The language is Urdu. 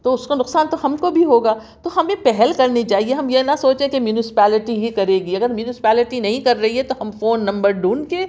تو اُس کا نقصان تو ہم کو بھی ہوگا تو ہمیں پہل کرنی چاہیے ہم یہ نہ سوچیں کہ میونسپیلٹی ہی کرے گی اگر میونسپیلٹی نہیں کر رہی ہے تو ہم فون نمبر ڈھونڈ کے